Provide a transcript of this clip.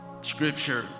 Scripture